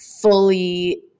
fully